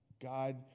god